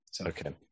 okay